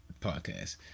podcast